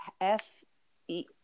F-E